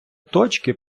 точки